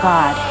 God